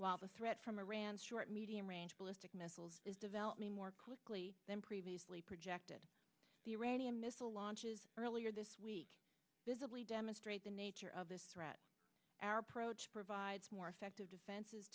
while the threat from iran's short medium range ballistic missiles is developed me more quickly than previously projected the iranian missile launches earlier this week visibly demonstrate the nature of this threat our approach provides more effective defenses